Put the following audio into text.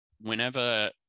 whenever